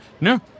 No